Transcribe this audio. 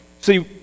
see